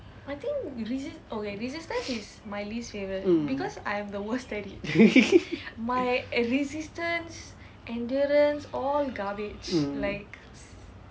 mm mm